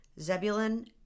Zebulun